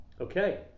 Okay